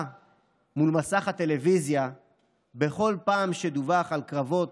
מול מסך הטלוויזיה בכל פעם שדֻּווח על קרבות